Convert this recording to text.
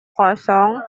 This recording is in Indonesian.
kosong